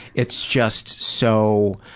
it's just so,